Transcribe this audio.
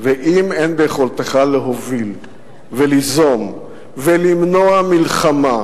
ואם אין ביכולתך להוביל וליזום ולמנוע מלחמה,